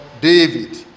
David